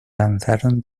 lanzaron